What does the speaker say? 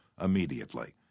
immediately